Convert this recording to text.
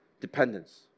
Dependence